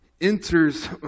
enters